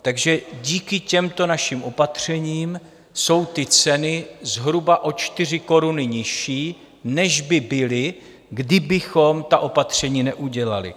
Takže díky těmto našim opatřením jsou ty ceny zhruba o 4 koruny nižší, než by byly, kdybychom ta opatření neudělali.